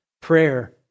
prayer